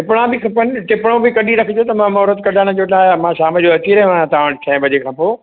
टिपणा बि खपनि टिपणो बि कढी रखिजो त मां मोहरत कढाइण जे टाइ मां शाम जो अची रहियो आयां तव्हां वटि छह वजे खां पोइ